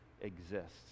exists